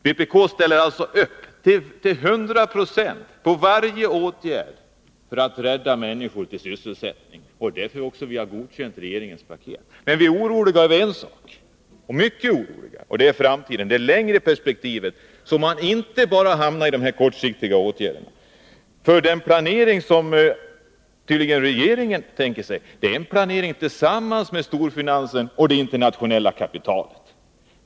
Vpk ställer upp, till hundra procent, på varje åtgärd för att rädda sysselsättning åt människorna. Det är därför vi har godkänt regeringens paket. Men vi är mycket oroliga för framtiden, för det längre perspektivet. Vi måste se till att inte bara vidta åtgärder som verkar på kort sikt. Den planering som regeringen tänker sig är tydligen en planering tillsammans med storfinansen och det internationella kapitalet.